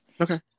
Okay